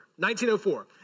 1904